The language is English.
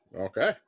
okay